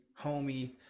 homie